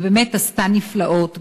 ובאמת עשתה נפלאות,